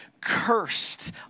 cursed